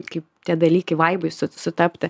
kaip tie dalykai vaibai sutapti